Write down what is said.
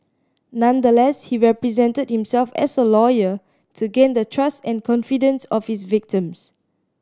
nonetheless he represented himself as a lawyer to gain the trust and confidence of his victims